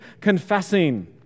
confessing